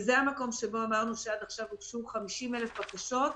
וזה המקום שבו אמרנו שעד עכשיו הוגשו 50,000 בקשות,